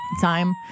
time